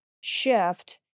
shift